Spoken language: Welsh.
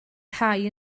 rhai